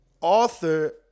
author